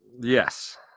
Yes